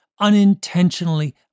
unintentionally